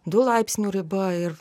du laipsnių riba ir